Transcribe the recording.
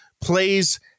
Plays